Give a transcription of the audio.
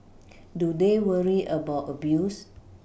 do they worry about abuse